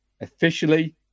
Officially